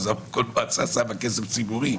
אז כל מועצה שמה כסף ציבורי,